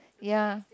ya